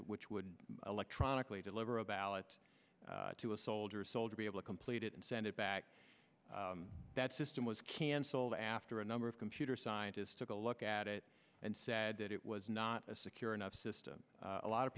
which would electronically deliver a ballot to a soldier's soldier be able complete it and send it back that system was canceled after a number of computer scientists took a look at it and said that it was not a secure enough system a lot of